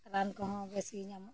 ᱨᱟᱱ ᱠᱚᱦᱚᱸ ᱵᱮᱥᱜᱤ ᱧᱟᱢᱚᱜᱼᱟ